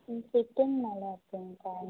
ம் ஃபிட்டிங் நல்லா இருக்குங்கக்கா